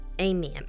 amen